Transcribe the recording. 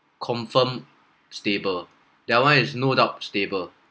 confirm stable that one is no doubt stable